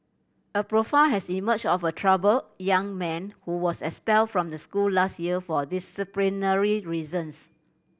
a profile has emerged of a troubled young man who was expelled from the school last year for disciplinary reasons